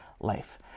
life